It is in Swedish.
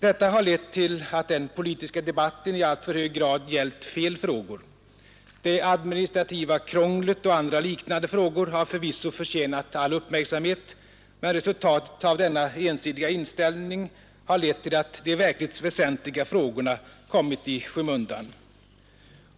Detta har lett till att den politiska debatten i alltför hög grad gällt fel frågor. Det administrativa krånglet och andra liknande frågor har förvisso förtjänat all uppmärksamhet, men resultatet av denna ensidiga inställning har lett till att de verkligt väsentliga frågorna kommit i skymundan.